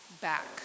back